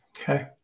Okay